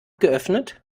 geöffnet